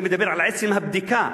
אני מדבר על עצם הבדיקה,